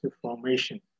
formation